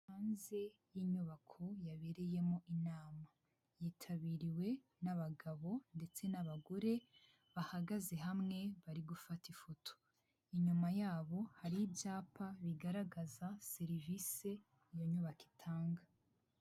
Hanze y'inyubako yabereyemo inama. Yitabiriwe n'abagabo ndetse n'abagore bahagaze hamwe bari gufata ifoto. Inyuma yabo hari ibyapa bigaragaza serivisi iyo nyubako itanga.